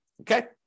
okay